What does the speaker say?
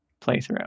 playthrough